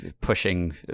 pushing